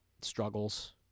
struggles